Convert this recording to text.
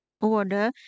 order